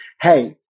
hey